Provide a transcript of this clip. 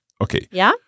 Okay